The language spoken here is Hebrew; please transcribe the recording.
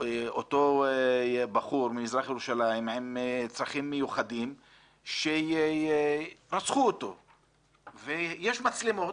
אותו בחור ממזרח ירושלים בעל צרכים מיוחדים שרצחו אותו ויש מצלמות